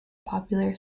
popular